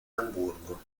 amburgo